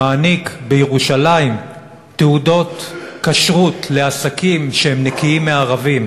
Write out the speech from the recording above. שמעניק בירושלים תעודות כשרות לעסקים שהם נקיים מערבים,